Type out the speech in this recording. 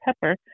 pepper